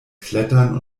klettern